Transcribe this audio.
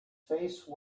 face